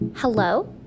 Hello